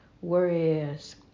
Whereas